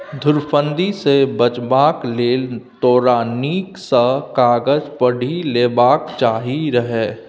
धुरफंदी सँ बचबाक लेल तोरा नीक सँ कागज पढ़ि लेबाक चाही रहय